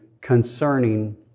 concerning